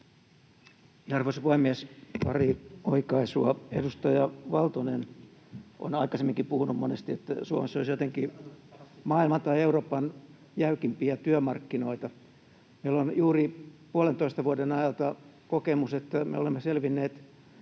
Arvoisa puhemies! Pari oikaisua. Edustaja Valtonen on aikaisemminkin puhunut monesti, että Suomessa olisi jotenkin maailman tai Euroopan jäykimpiä työmarkkinoita. Meillä on juuri puolentoista vuoden ajalta kokemus, että me olemme selvinneet